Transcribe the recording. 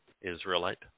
Israelite